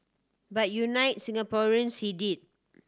but unite Singaporeans he did